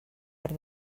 per